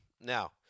Now